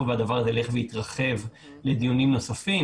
שהדבר הזה ילך ויתרחב לדיונים נוספים,